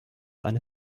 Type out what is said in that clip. eine